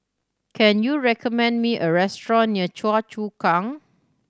can you recommend me a restaurant near Choa Chu Kang